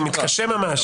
אני מתקשה ממש.